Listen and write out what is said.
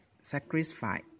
sacrifice